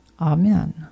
Amen